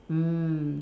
mm